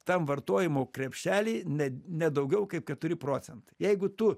tam vartojimo krepšely ne ne daugiau kaip keturi procentai jeigu tu